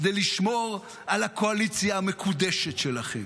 כדי לשמור על הקואליציה המקודשת שלכם.